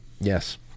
Yes